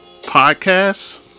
Podcasts